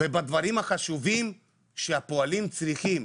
ובדברים החשובים שהפועלים צריכים,